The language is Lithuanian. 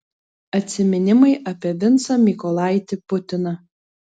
atsiminimai apie vincą mykolaitį putiną